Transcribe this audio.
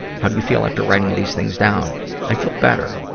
how do you feel after writing these things down? i feel better.